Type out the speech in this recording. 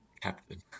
Captain